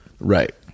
Right